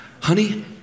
Honey